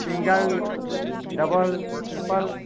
single double triple